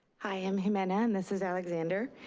hi um hi jimena and this is alexander.